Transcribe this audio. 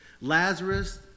Lazarus